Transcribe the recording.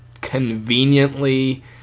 conveniently